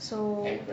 so